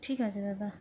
ঠিক আছে দাদা